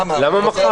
למה?